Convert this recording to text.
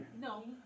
No